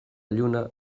lluna